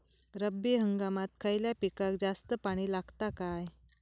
रब्बी हंगामात खयल्या पिकाक जास्त पाणी लागता काय?